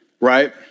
Right